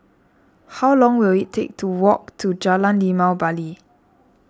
how long will it take to walk to Jalan Limau Bali